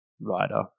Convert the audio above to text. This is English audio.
writer